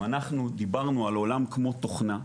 אנחנו דיברנו על העולם כמו תוכנה,